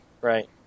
Right